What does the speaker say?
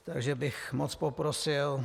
Takže bych moc poprosil.